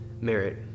merit